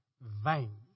vain